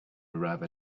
arrive